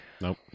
Nope